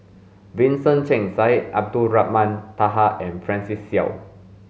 Vincent Cheng Syed Abdulrahman Taha and Francis Seow